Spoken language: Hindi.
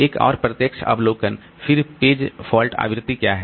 एक और प्रत्यक्ष अवलोकन पेज फॉल्ट आवृत्ति क्या है